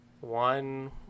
one